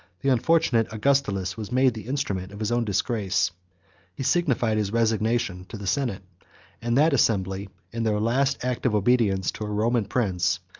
the unfortunate augustulus was made the instrument of his own disgrace he signified his resignation to the senate and that assembly, in their last act of obedience to a roman prince,